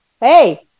Hey